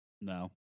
No